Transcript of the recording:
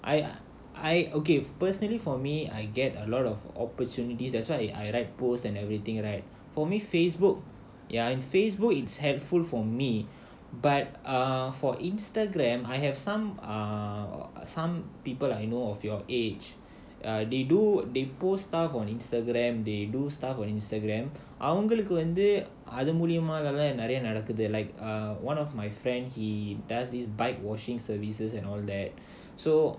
I I okay personally for me I get a lot of opportunities that's why I write post and everything right for me Facebook ya in Facebook it's helpful for me but ah for Instagram I have some err some people are you know of your age or they do they post stuff on Instagram they do stuff on Instagram அவங்களுக்கு வந்து அது மூலமாதான் நிறைய நடக்குது:avangalukku vandhu adhu moolamaathaan niraiya nadakkuthu like uh one of my friend he does his bike washing services and all that so